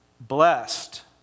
Blessed